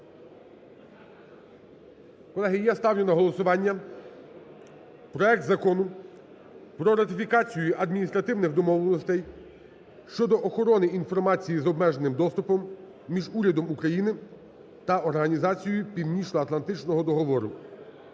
Колеги, я ставлю на голосування проект Закону про ратифікацію Адміністративних домовленостей щодо охорони інформації з обмеженим доступом між урядом України та Організацією Північноатлантичного договору